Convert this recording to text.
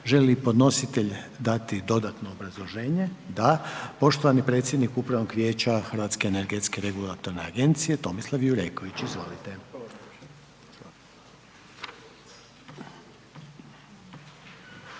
li podnositelj dati dodatno obrazloženje? Da. Poštovani predsjednik Upravnog vijeća HERA-e Tomislav Jureković. Izvolite.